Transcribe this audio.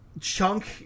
chunk